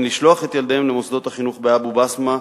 לשלוח את ילדיהם למוסדות החינוך באבו-בסמה,